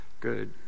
good